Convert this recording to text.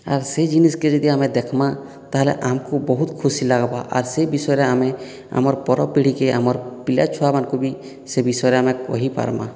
ଆର୍ ସେହି ଜିନିଷକୁ ଯଦି ଆମେ ଦେଖିବା ତା'ହେଲେ ଆମକୁ ବହୁତ ଖୁସି ଲାଗିବ ଆର୍ ସେହି ବିଷୟରେ ଆମେ ଆମର ପର ପିଢ଼ିକୁ ଆମର୍ ପିଲା ଛୁଆମାନଙ୍କୁ ବି ସେ ବିଷୟରେ ଆମେ କହିପାରିବା